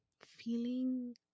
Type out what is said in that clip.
feeling